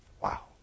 Wow